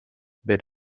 bid